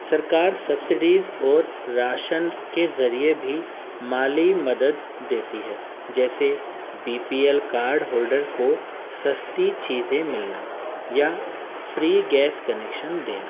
سرکار سبسڈیز اور راشن کے ذریعے بھی مالی مدد دیتی ہے جیسے B P L card holder کو سستی چیزیں ملنا یا فری گیس کنیکشن دینا